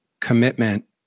Commitment